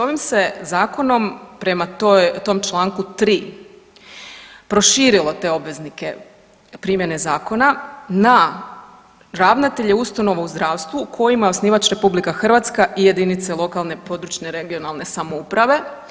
Ovim se Zakonom prema tom članku 3. proširilo te obveznike primjene zakona na ravnatelje ustanova u zdravstvu kojima je osnivač Republika Hrvatska i jedinice lokalne i područne regionalne samouprave.